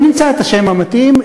נמצא את השם המתאים,